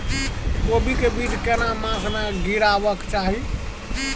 कोबी के बीज केना मास में गीरावक चाही?